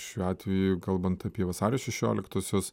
šiuo atveju kalbant apie vasario šešioliktosios